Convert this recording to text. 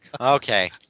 Okay